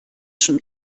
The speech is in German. schon